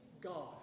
God